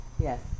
yes